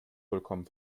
vollkommen